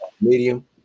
medium